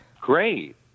Great